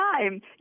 time